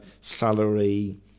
salary